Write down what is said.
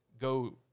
go